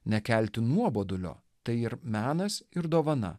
nekelti nuobodulio tai ir menas ir dovana